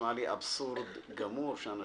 נראה לי אבסורד גמור שאנשים